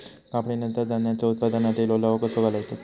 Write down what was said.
कापणीनंतर धान्यांचो उत्पादनातील ओलावो कसो घालवतत?